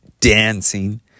dancing